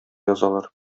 язалар